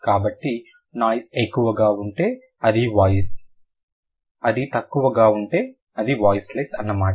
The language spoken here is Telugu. కాబట్టి నాయిస్ ఎక్కువగా ఉంటే అది వాయిస్ అది తక్కువగా ఉంటే అది వాయిసెలెస్ అన్నమాట